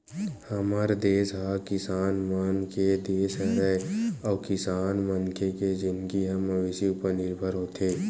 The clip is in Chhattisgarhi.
हमर देस ह किसान मन के देस हरय अउ किसान मनखे के जिनगी ह मवेशी उपर निरभर होथे